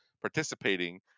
participating